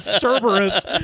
cerberus